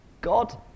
God